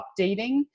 updating